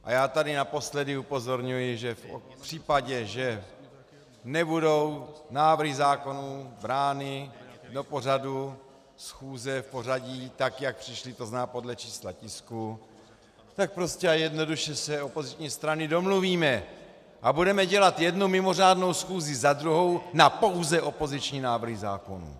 A já tady naposledy upozorňuji, že v případě, že nebudou návrhy zákonů brány do pořadu schůze v pořadí, jak přišly, to znamená podle čísla tisku, tak prostě a jednoduše se opoziční strany domluvíme a budeme dělat jednu mimořádnou schůzi za druhou pouze na opoziční návrhy zákonů.